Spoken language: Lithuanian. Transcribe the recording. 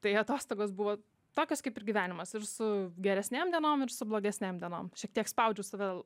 tai atostogos buvo tokios kaip ir gyvenimas ir su geresnėm dienom ir su blogesnėm dienom šiek tiek spaudžiau save